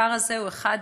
הפער הזה הוא אחד